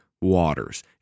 waters